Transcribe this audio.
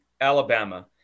alabama